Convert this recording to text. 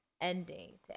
ending